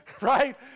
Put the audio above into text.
right